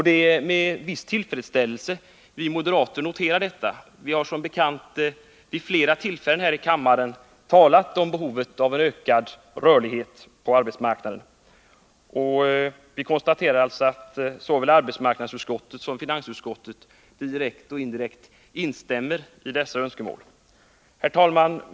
Det är med viss tillfredsställelse som vi moderater noterar detta. Vi har som bekant vid flera tillfällen här i kammaren talat om behovet av ökad rörlighet på arbetsmarknaden. Vi konstaterar alltså att såväl arbetsmarknadsutskottet som finansutskottet direkt och indirekt instämmer i dessa önskemål. Herr talman!